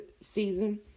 season